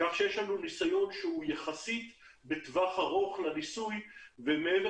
כך שיש לנו ניסיון שהוא יחסית בטווח ארוך לניסוי ומעבר